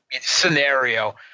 scenario